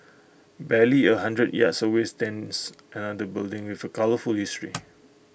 barely A hundred yards away stands another building with A colourful history